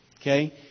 okay